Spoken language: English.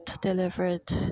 delivered